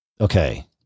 Okay